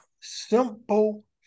simple